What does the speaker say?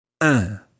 Un